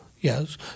Yes